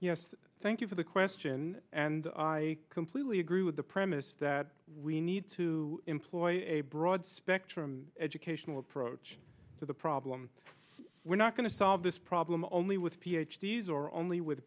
yes thank you for the question and i completely agree with the premise that we need to employ a broad spectrum educational approach to the problem we're not going to solve this problem only with ph d s or only with